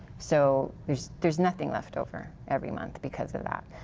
so there's there's nothing left over. every month. because of that.